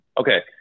Okay